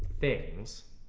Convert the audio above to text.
things